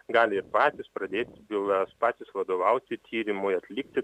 gali ir patys pradėti bylas patys vadovauti tyrimui atlikti